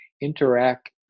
interact